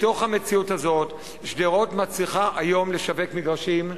בתוך המציאות הזאת שדרות מצליחה היום לשווק מגרשים,